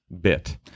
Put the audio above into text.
bit